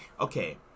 okay